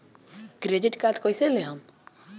Credit card कईसे लेहम?